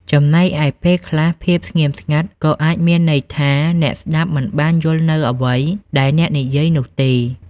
ចំណែកឯ ពេលខ្លះ ភាពស្ងៀមស្ងាត់ក៏អាចមានន័យថាអ្នកស្តាប់មិនបានយល់នូវអ្វីដែលអ្នកនិយាយនោះទេ។